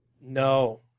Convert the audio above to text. No